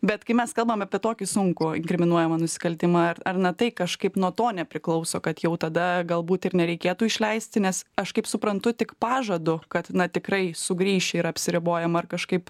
bet kai mes kalbam apie tokį sunkų inkriminuojamą nusikaltimą ar na tai kažkaip nuo to nepriklauso kad jau tada galbūt ir nereikėtų išleisti nes aš kaip suprantu tik pažadu kad na tikrai sugrįš yra apsiribojama ar kažkaip